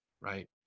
right